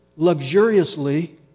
luxuriously